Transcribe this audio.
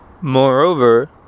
moreover